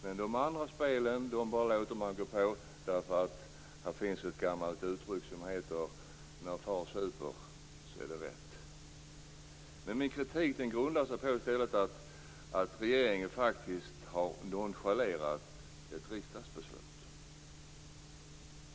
Men de andra spelen låter man pågå. Här kan nämnas ett gammalt uttryck som lyder: När far super är det rätt. Min kritik grundar sig i stället på att regeringen faktiskt har nonchalerat ett riksdagsbeslut.